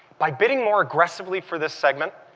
by bid ding more aggressively for this segment,